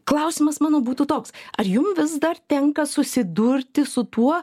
klausimas mano būtų toks ar jum vis dar tenka susidurti su tuo